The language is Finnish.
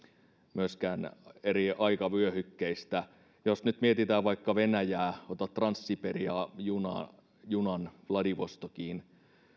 myöskään eri aikavyöhykkeistä jos nyt mietitään vaikka venäjää otat trans siperia junan junan vladivostokiin